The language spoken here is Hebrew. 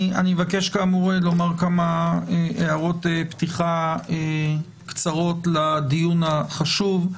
אני מבקש לומר כמה הערות פתיחה קצרות לדיון החשוב הזה.